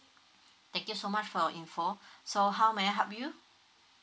thank you so much for your info so how may I help you